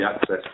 access